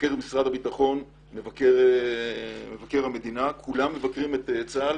מבקר משרד הביטחון ומבקר המדינה כולם מבקרים את צה"ל,